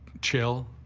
chill,